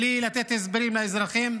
בלי לתת הסברים לאזרחים.